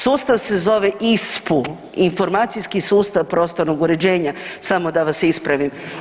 Sustav se zove ISPU Informacijski sustav prostornog uređenja, samo da vas ispravim.